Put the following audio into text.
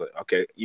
okay